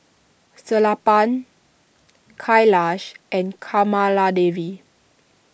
Sellapan Kailash and Kamaladevi